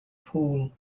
pool